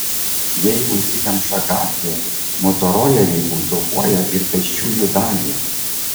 jei užsikemša gatvė motoroleriai uzurpuoja ir pėsčiųjų dalį